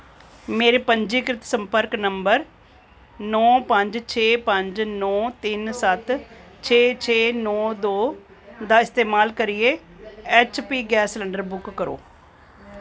मेरे पंजीकृत संपर्क नंबर नौ पंज छे पंज नौ तिन्न सत्त छे छे नौ दो दा इस्तमाल करियै H P gas cylinder book करो